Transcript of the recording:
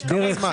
יש רופא מנפיק